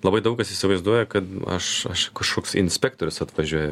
labai daug kas įsivaizduoja kad aš aš kažkoks inspektorius atvažiuoja